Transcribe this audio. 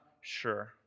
sure